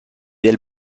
del